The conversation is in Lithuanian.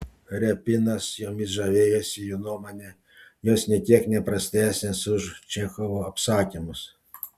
repinas jomis žavėjosi jo nuomone jos nė kiek ne prastesnės už čechovo apsakymus